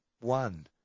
one